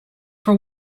for